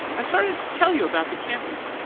i started to tell you about the campus.